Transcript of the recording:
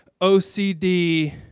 OCD